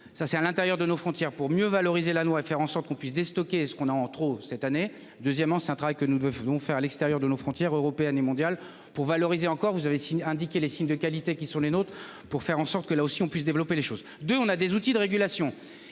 Ça c'est à l'intérieur de nos frontières pour mieux valoriser la noix et faire en sorte qu'on puisse déstocker ce qu'on a en trop cette année. Deuxièmement, c'est un travail que nous devons faire à l'extérieur de nos frontières européennes et mondiales pour valoriser encore vous avez indiqué les signes de qualité qui sont les nôtres, pour faire en sorte que là aussi on puisse développer les choses, de on a des outils de régulation